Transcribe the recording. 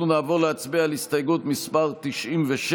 נעבור להצביע על הסתייגות מס' 97,